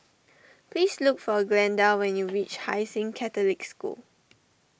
please look for Glenda when you reach Hai Sing Catholic School